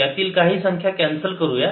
यातील काही संख्या कॅन्सल करूयात